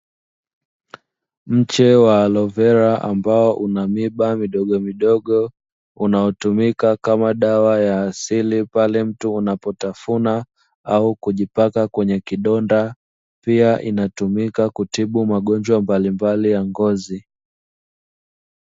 Mche wa alovera ambao ina mwiba midogo midogo unaotumika kama dawa ya asili, pale mtu anapotafuna au kuweka kwenye kidonda, pia inatumika kutibu magonjwa mbalimbali ya ngozi.